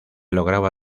lograba